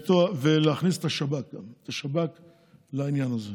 ולהכניס את השב"כ גם לעניין הזה.